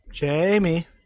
Jamie